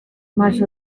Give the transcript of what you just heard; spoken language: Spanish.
más